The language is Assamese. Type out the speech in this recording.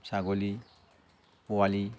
ছাগলি পোৱালি